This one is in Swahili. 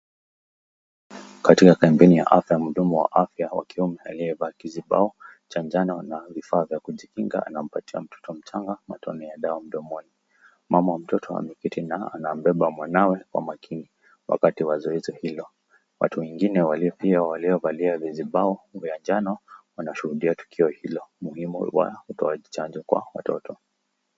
Katika kampeni ya afya, mhudumu wa afya wa kiume aliyevaa kizibao cha njano na vifaa vya kujikinga, anampatia mtoto mchanga matone ya dawa mdomoni. Mama wa mtoto ameketi na anambeba mwanawe kwa makini wakati wa zoezi hilo. Watu wengine walio pia waliovalia vizibao vya njano wanashuhudia tukio hilo muhimu wa utoaji chanjo kwa watoto.